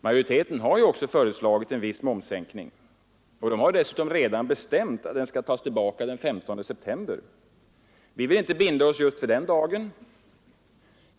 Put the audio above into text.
Majoriteten har ju också föreslagit en viss momssänkning och dessutom redan bestämt att den skall tas tillbaka den 15 september. Vi vill inte binda oss just för den dagen.